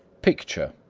picture,